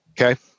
Okay